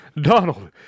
Donald